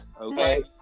Okay